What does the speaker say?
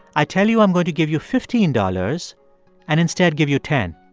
i tell you i'm going to give you fifteen dollars and instead give you ten